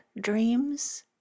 dreams